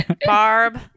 Barb